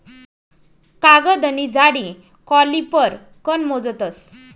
कागदनी जाडी कॉलिपर कन मोजतस